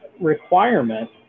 requirement